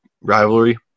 rivalry